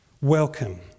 Welcome